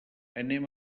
anem